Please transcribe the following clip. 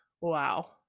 wow